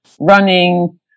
running